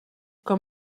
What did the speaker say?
com